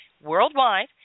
worldwide